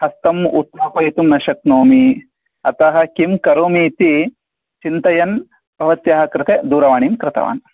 हस्तम् उत्थापयितुं न शक्नोमि अतः किं करोमि इति चिन्तयन् भवत्याः कृते दूरवाणीं कृतवान्